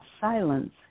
silence